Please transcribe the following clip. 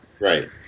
Right